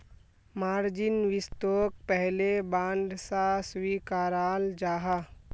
margin वित्तोक पहले bond सा स्विकाराल जाहा